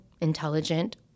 intelligent